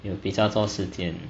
有比较多时间